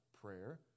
prayer